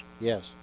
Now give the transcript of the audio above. Yes